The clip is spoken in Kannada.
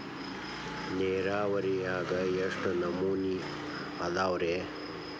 ನೇರಾವರಿಯಾಗ ಎಷ್ಟ ನಮೂನಿ ಅದಾವ್ರೇ?